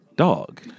dog